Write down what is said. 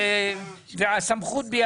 אני